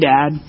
Dad